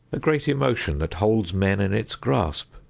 a great emotion that holds men in its grasp,